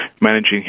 managing